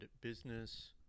business